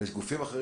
יש גופים אחרים